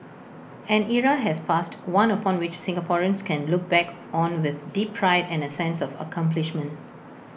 an era has passed one upon which Singaporeans can look back on with deep pride and A sense of accomplishment